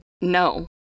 no